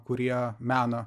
kurie mena